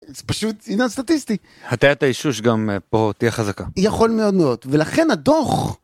פשוט עניין סטטיסטי. הטיית האישוש גם פה תהיה חזקה, יכול מאוד מאוד, ולכן הדוח.